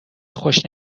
خوش